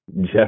Jeff